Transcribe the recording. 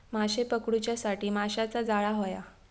माशे पकडूच्यासाठी माशाचा जाळां होया